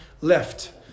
left